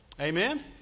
Amen